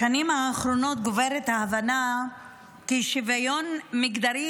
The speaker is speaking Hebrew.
בשנים האחרונות גוברת ההבנה כי שוויון מגדרי